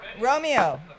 Romeo